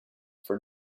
for